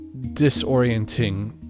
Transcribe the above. disorienting